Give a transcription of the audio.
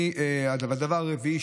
הדבר הרביעי,